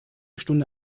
stunde